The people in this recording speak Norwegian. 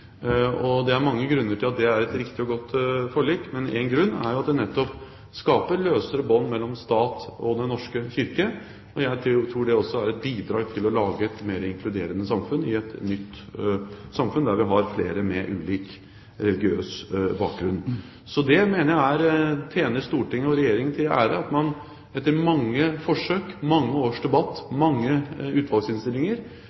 Det er mange grunner til at det er et riktig og godt forlik, men én grunn er at det nettopp skaper løsere bånd mellom staten og Den norske kirke, og jeg tror det også er et bidrag til å lage et mer inkluderende samfunn, et nytt samfunn der vi har flere med ulik religiøs bakgrunn. Det mener jeg tjener Stortinget og Regjeringen til ære, at man etter mange forsøk, mange års